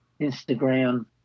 Instagram